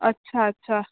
अच्छा अच्छा